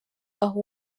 aho